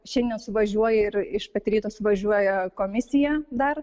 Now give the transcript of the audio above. šiandien suvažiuoja ir iš pat ryto suvažiuoja komisija dar